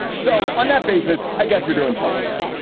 so on that basis, i guess you're doing something right?